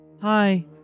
Hi